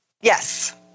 Yes